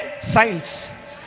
Science